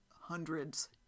hundreds